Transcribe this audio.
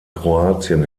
kroatien